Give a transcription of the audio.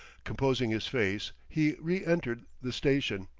composing his face, he reentered the station.